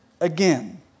again